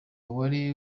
wari